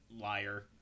liar